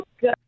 good